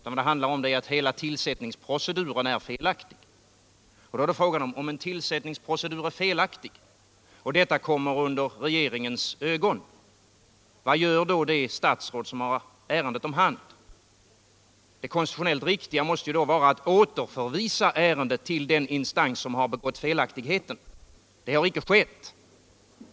Vad den handlar om är att hela tillsättningsproceduren är felaktig, och då är frågan: Om en tillsättningsprocedur är felaktig och detta kommer under regeringens ögon, vad gör då det statsråd som har ärendet om hand? Det konstitutionellt riktiga måste ju vara att återförvisa ärendet till den instans som har begått felaktigheten. Det har inte skett.